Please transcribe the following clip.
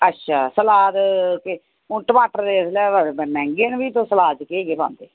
अच्छा सलाद केह् हून टमाटर ते इसलै बड़े मैंह्गे न फ्ही तुस सलाद च केह् केह् पांदे